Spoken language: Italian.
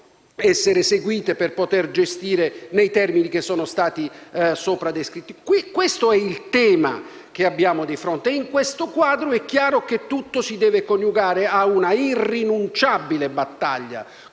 essere seguite per poter gestire la situazione nei termini che sono stati sopra descritti. Questo è il tema che abbiamo di fronte e in questo quadro è chiaro che tutto si deve coniugare ad una irrinunciabile battaglia